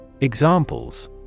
Examples